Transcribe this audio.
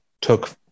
took